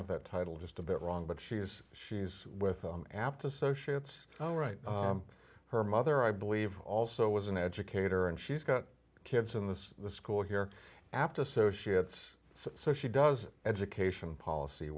have that title just a bit wrong but she's she's with apt associates oh right her mother i believe also was an educator and she's got kids in this school here apt associates so she does education policy